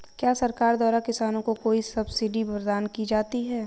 क्या सरकार द्वारा किसानों को कोई सब्सिडी प्रदान की जाती है?